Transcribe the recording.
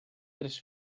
tres